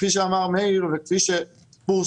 כפי שאמר מאיר וכפי שפורסם,